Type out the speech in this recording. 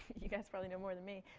you guys probably know more than me.